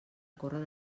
córrer